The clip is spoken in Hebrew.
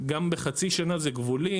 גם בחצי שנה זה גבולי,